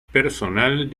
personal